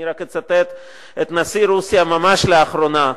אני רק אצטט את נשיא רוסיה ממש לאחרונה,